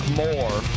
more